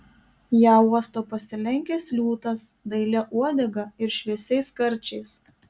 ją uosto pasilenkęs liūtas dailia uodega ir šviesiais karčiais